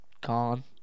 gone